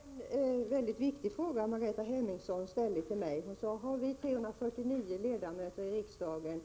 Herr talman! Det var en väldigt viktig fråga Margareta Hemmingsson ställde till mig: Har vi 349 ledamöter av riksdagen